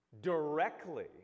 directly